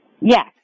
yes